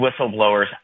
whistleblowers